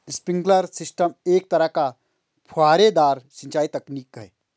sprinkler system एक तरह का फुहारेदार सिंचाई तकनीक है